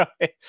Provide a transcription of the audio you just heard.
right